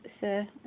Sir